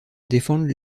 défendent